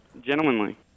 Gentlemanly